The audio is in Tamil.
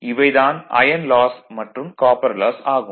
இவை தான் ஐயன் லாஸ் மற்றும் காப்பர் லாஸ் ஆகும்